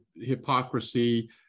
hypocrisy